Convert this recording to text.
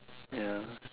ya